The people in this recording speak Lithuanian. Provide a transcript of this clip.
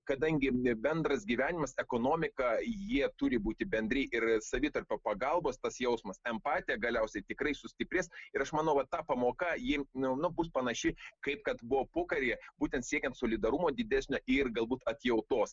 kadangi bendras gyvenimas ekonomika jie turi būti bendri ir savitarpio pagalbos tas jausmas empatija galiausiai tikrai sustiprės ir aš manau va ta pamoka ji nu bus panaši kaip kad buvo pokaryje būtent siekiant solidarumo didesnio ir galbūt atjautos